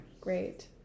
Great